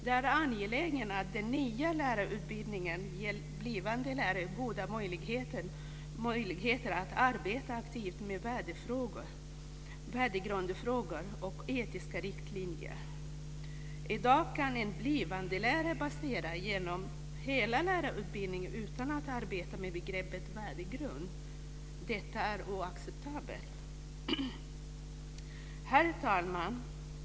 Det är angeläget att den nya lärarutbildningen ger blivande lärare goda möjligheter att arbeta aktivt med värdegrundfrågor och etiska riktlinjer. I dag kan en blivande lärare passera genom hela lärarutbildningen utan att arbeta med begreppet värdegrund. Detta är oacceptabelt. Herr talman!